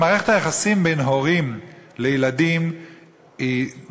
מערכת היחסים בין הורים לילדים נשברה,